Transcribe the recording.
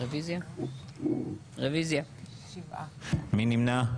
מי נמנע?